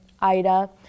Ida